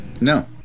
No